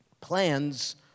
plans